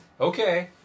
Okay